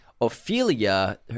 Ophelia